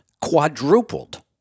Quadrupled